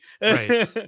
Right